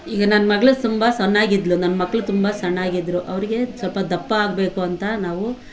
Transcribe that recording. ಈಗ ನನ್ನ ಮಗ್ಳು ತುಂಬ ಸಣ್ಣ ಆಗಿದ್ಲು ನನ್ನ ಮಕ್ಳು ತುಂಬ ಸಣ್ಣ ಆಗಿದ್ದರು ಅವರಿಗೆ ಸ್ವಲ್ಪ ದಪ್ಪ ಆಗಬೇಕು ಅಂತ ನಾವು